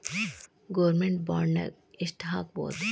Government ಬಾಂಡ್ನಾಗ್ ಯೆಷ್ಟ್ ಹಾಕ್ಬೊದು?